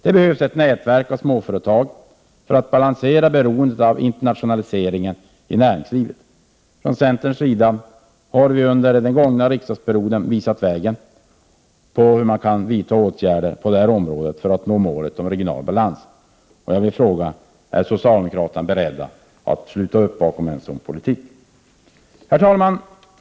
Det behövs ett nätverk av småföretag för att balansera beroendet av internationaliseringen i näringslivet. Från centerns sida har vi under den gångna riksdagsperioden visat vilka åtgärder som kan vidtas på detta område för att nå målet om regional balans, och jag vill fråga: Är socialdemokraterna beredda att sluta upp bakom en sådan politik? Herr talman!